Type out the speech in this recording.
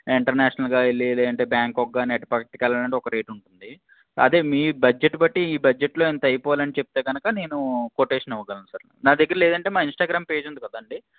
ఇంటర్నేషనల్గా వెళ్ళి లేదంటే బ్యాంకాక్ కానీ అటు ప్రక్కకి వెళ్ళడానికి ఒక రేటు ఉంటుంది అదే మీ బడ్జెట్ బట్టి ఈ బడ్జెట్లో ఇంత అయిపోవాలి అని చెప్తే కనుక నేను కొటేషన్ ఇవ్వగలను సార్ నా దగ్గర లేదు అంటే మా ఇంస్టాగ్రామ్ పేజ్ ఉంది కదండి